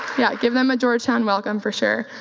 yeah, give them a georgetown welcome for sure.